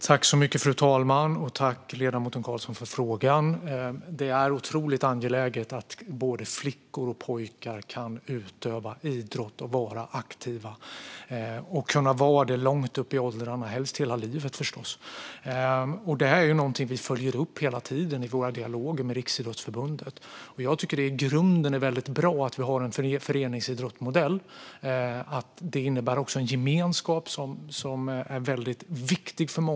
Fru talman! Jag tackar ledamoten Carlsson för frågan. Det är otroligt angeläget att både flickor och pojkar kan utöva idrott och vara aktiva långt upp i åldrarna - helst hela livet, förstås. Detta är någonting vi följer upp hela tiden i våra dialoger med Riksidrottsförbundet. Jag tycker att det i grunden är väldigt bra att vi har en föreningsidrottsmodell, för det innebär också en gemenskap som är väldigt viktig för många.